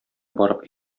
барып